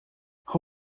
who